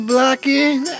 Blocking